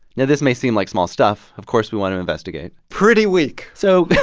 now, this may seem like small stuff. of course, we want to investigate pretty weak. so.